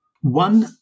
One